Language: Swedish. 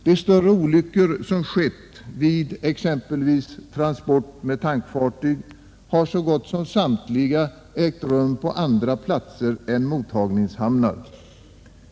De större olyckor som skett vid exempelvis transport med tankfartyg har så gott som samtliga ägt rum på andra platser än mottagningshamnar.